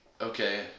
Okay